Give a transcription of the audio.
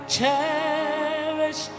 cherish